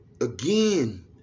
again